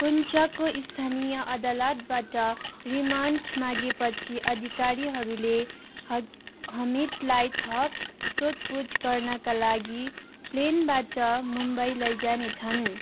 पुन्चको स्थानीय अदालतबाट रिमान्ड मागेपछि अधिकारीहरूले हमिदलाई थप सोधपुछ गर्नाका लागि प्लेनबाट मुम्बई लैजानेछन्